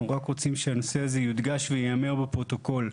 אנחנו רק רוצים שהנושא הזה יודגש ויאמר בפרוטוקול.